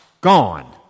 gone